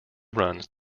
runs